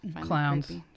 Clowns